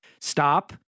Stop